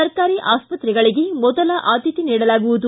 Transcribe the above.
ಸರ್ಕಾರಿ ಆಸ್ಪತ್ರೆಗಳಿಗೆ ಮೊದಲ ಆದ್ಯತೆ ನೀಡಲಾಗುವುದು